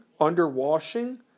underwashing